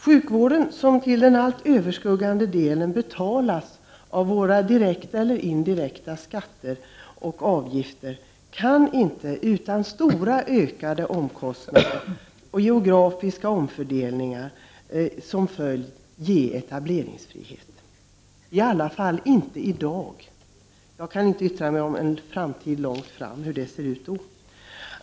Sjukvården, som till den allt överskuggande delen betalas av våra direkta eller indirekta skatter och avgifter, kan inte utan starkt ökade omkostnader och geografiska omfördelningar ge etableringsfrihet — i alla fall inte i dag; jag kan inte yttra mig över hur det kommer att se ut långt in i en framtid.